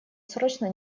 срочно